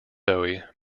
bowie